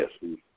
Yes